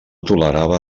tolerava